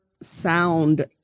sound